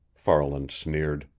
farland sneered.